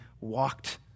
walked